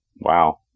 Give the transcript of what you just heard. Wow